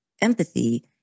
empathy